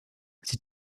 sie